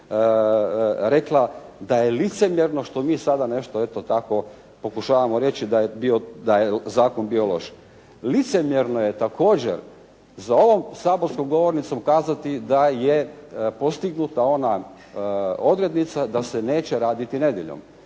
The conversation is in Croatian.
rekla da je licemjerno što mi sada nešto eto tako pokušavamo reći da je zakon bio loš. Licemjerno je također za ovom saborskom govornicom kazati da je postignuta ona odrednica da se neće raditi nedjeljom.